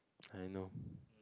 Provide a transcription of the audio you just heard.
I know